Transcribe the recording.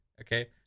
Okay